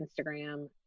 Instagram